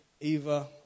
Eva